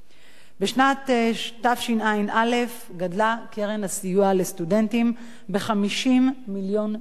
בשנת תשע"א גדלה קרן הסיוע לסטודנטים ב-50 מיליון שקלים,